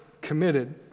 committed